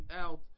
out